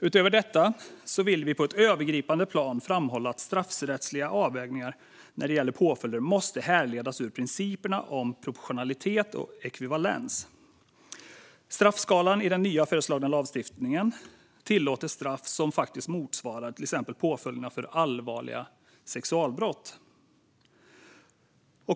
Utöver detta vill vi på ett övergripande plan framhålla att straffrättsliga avvägningar när det gäller påföljder måste härledas ur principerna om proportionalitet och ekvivalens. Straffskalan i den nya föreslagna lagstiftningen tillåter straff som motsvarar till exempel påföljderna för allvarliga sexualbrott.